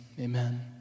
amen